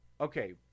okay